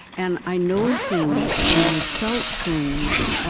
and i know things and i've felt things